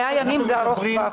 100 ימים זה ארוך טווח.